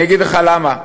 אני אגיד לך למה.